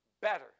better